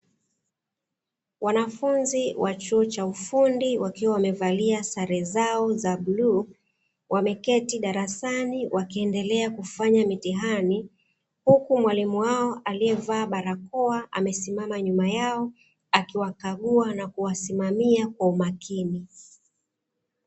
Wanafunzi wa chuo cha ufundi wakiwa wamevalia sare zao za bluu, wameketi darasani wakiendelea kufanya mitihani huku mwalimu wao aliyevaa barakoa amesimama nyuma yao akiwakagua na kuwasimamia kwa umakini.